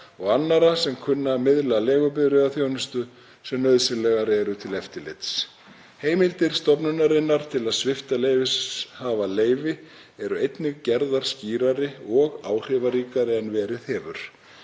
og annarra sem kunna að miðla leigubifreiðaþjónustu sem nauðsynlegar eru til eftirlits. Heimildir stofnunarinnar til að svipta leyfishafa leyfi eru einnig gerðar skýrari og áhrifaríkari en verið hefur.